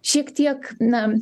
šiek tiek na